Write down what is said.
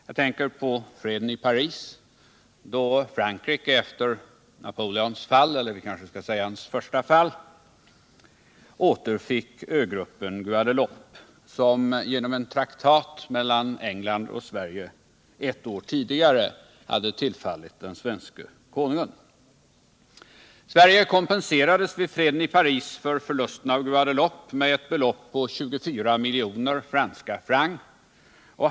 Jag tänker på freden i Paris då Frankrike efter Napoleons första fall återfick ögruppen Guadeloupe, som genom en traktat mellan England och Sverige ett år tidigare hade tillfallit den svenske konungen. Sverige kompenserades vid freden i Paris för förlusten av Guadeloupe med ett belopp på 24 miljoner franska francs.